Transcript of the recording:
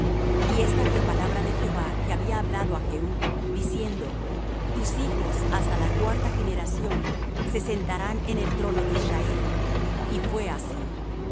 y esta fué la palabra de jehová que había hablado á jehú diciendo tus hijos hasta la cuarta generación se sentarán en el trono de israel y fué así